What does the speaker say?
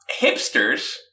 hipsters